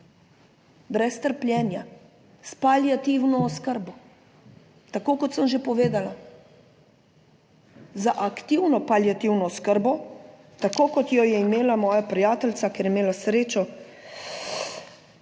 brez trpljenja, s paliativno oskrbo, tako kot sem že povedala, za aktivno paliativno oskrbo tako kot jo je imela moja prijateljica, ker je imela srečo,